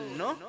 no